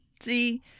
See